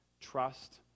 trust